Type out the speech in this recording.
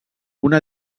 una